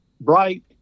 bright